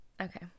Okay